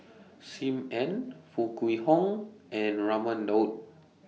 SIM Ann Foo Kwee Horng and Raman Daud